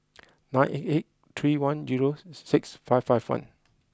nine eight eight three one zero six five five one